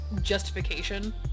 justification